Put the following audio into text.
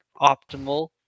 optimal